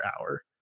hour